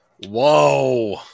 Whoa